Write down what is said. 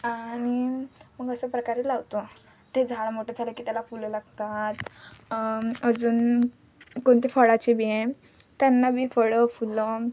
आणि मग अशा प्रकारे लावतो ते झाड मोठं झालं की त्याला फुलं लागतात अजून कोणते फळाचे बी आहे त्यांना बी फळं फुलं